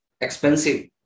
expensive